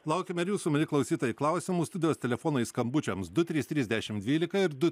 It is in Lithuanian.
laukiame ir jūsų mieli klausytojai klausimų studijos telefonai skambučiams du trys trys dešimt dvylika ir du